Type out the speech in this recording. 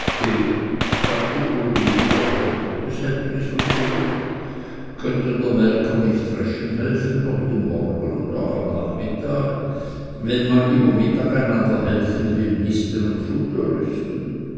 wie ihr wollt es het mih so düecht könnte der melcher nicht dreschen helfen durch den morgen und auch am nachmittag wenn man über mittag einander helfen will misten und futter rüsten